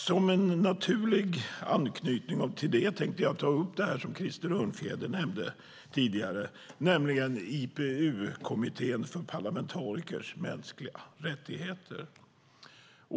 Som en naturlig anknytning till detta tänkte jag ta upp det som Krister Örnfjäder nämnde tidigare, nämligen IPU-kommittén för parlamentarikers mänskliga rättigheter.